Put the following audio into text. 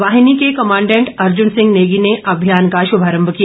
वाहिनी के कमांडेंट अर्जुन सिंह नेगी ने अभियान का शुभारंभ किया